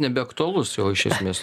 nebeaktualus o iš esmės